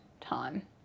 time